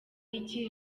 iki